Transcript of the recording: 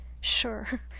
Sure